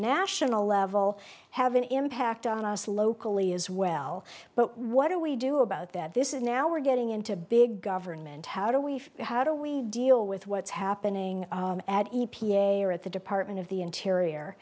national level have an impact on us locally as well but what do we do about that this is now we're getting into big government how do we how do we deal with what's happening at e p a or at the department of the interior